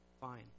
fine